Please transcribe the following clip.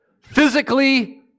Physically